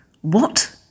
What